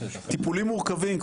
טיפולים מורכבים,